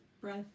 breath